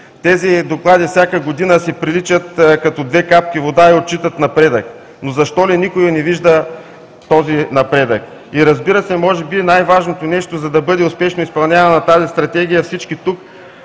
Тези доклади всяка година си приличат като две капки вода и отчитат напредък, но защо ли никой не вижда този напредък? И, разбира се, може би най-важното нещо, за да бъде успешно изпълнявана тази Стратегия е всички тук